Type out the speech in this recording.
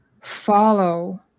follow